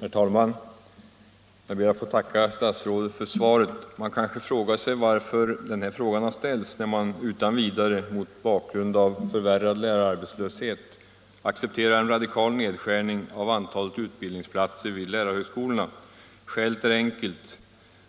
Herr talman! Jag ber att få tacka fru statsrådet för svaret. Någon kanske undrar varför den här frågan ställts, när man utan vidare mot bakgrund av den förvärrade lärararbetslösheten accepterar en radikal nedskärning av antalet utbildningsplatser vid lärarhögskolorna. Skälet är enkelt: